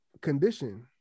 condition